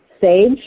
sage